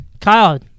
Kyle